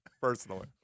personally